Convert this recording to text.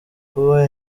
kuba